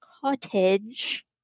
Cottage